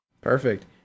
Perfect